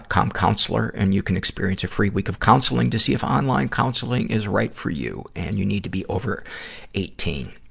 com counselor. and you can experience a free week of counseling to see if online counseling is right for you. and you need to be over eighteen.